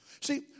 See